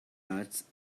arts